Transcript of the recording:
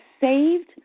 saved